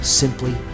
simply